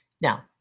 Now